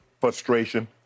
frustration